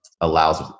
allows